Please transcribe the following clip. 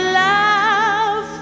love